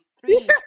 three